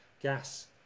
gas